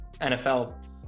nfl